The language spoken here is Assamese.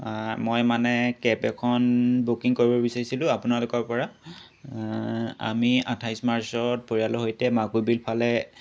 মই মানে কেব এখন বুকিং কৰিব বিচাৰছিলোঁ আপোনালোকৰপৰা আমি আঠাইছ মাৰ্চত পৰিয়ালৰ সৈতে মাকু বিল ফালে